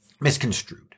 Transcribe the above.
misconstrued